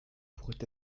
pourraient